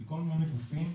מכל מיני גופים.